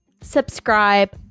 subscribe